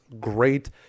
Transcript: great